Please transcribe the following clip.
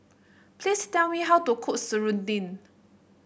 please tell me how to cook Serunding